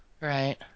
Right